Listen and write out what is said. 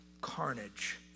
carnage